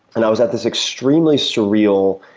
and i was at this extremely surreal,